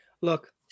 Look